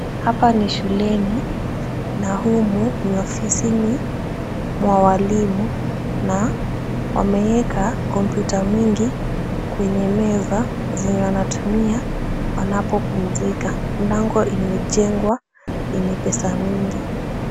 Hapa ni shuleni, na humu ni ofisini mwa walimu na wameeka kompyuta mingi, kwenye meza zenye wanatumia wanapopumzika. Milango imejengwa, yenye pesa mingi.